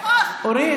יושב-ראש,